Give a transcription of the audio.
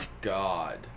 God